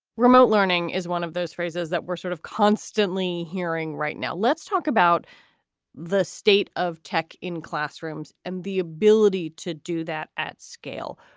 remote learning is one of those phrases that we're sort of constantly hearing right now. let's talk about the state of tech in classrooms and the ability to do that at scale.